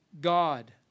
God